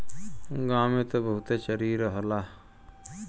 गांव में त बहुते चरी रहला